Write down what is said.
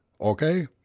Okay